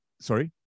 sorry